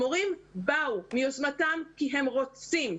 המורים באו מיוזמתם כי הם רוצים.